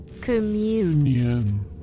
Communion